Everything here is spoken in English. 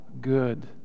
good